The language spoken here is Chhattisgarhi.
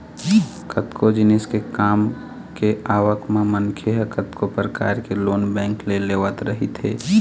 कतको जिनिस के काम के आवक म मनखे ह कतको परकार के लोन बेंक ले लेवत रहिथे